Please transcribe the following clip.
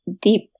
deep